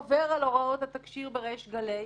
עובר על הוראות התקשי"ר בריש גלי.